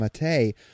Mate